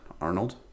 Arnold